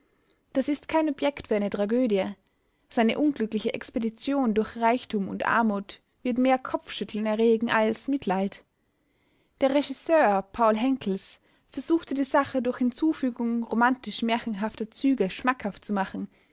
das ist kein objekt für eine tragödie seine unglückliche expedition durch reichtum und armut wird mehr kopfschütteln erregen als mitleid der regisseur paul henckels versuchte die sache durch hinzufügung romantisch-märchenhafter züge schmackhaft zu machen